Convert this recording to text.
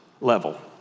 level